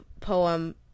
poem